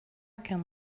can